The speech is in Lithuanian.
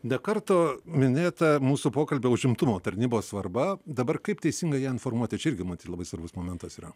ne kartą minėta mūsų pokalbio užimtumo tarnybos svarba dabar kaip teisingai informuoti čia irgi matyt labai svarbus momentas yra